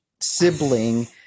sibling